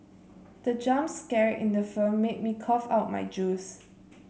the jump scare in the film made me cough out my juice